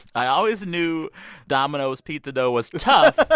i always knew domino's pizza dough was tough.